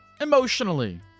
emotionally